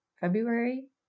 February